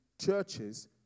churches